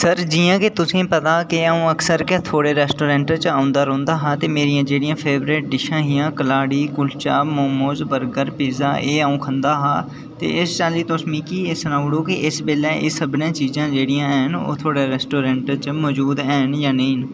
sir जि'यां के तुसें गी पता ऐ के अ'ऊं अक्सर गै थुहाड़े रैस्टोरैंट च औंदा रौंह्दा हा ते मेरियां जेह्ड़ियां फेबरेट हियां कलाड़ी कुलचा मोमोस बरगर पिज्जा अ'ऊं खंदा हा इस चाल्ली तुस मिकी एह् सनाओ ओह् इस बेल्लै एह् सब्भै चीज़ां जेहड़ियां हैन ओह् थुहाड़े रेस्टोरेंट च मजूद हैन जां नेई हैन